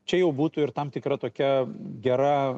čia jau būtų ir tam tikra tokia gera